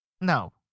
No